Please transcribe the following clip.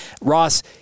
Ross